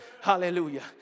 hallelujah